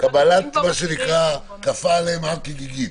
קבלת מה שנקרא: כפה עליהם הר כגיגית.